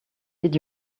did